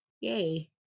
Yay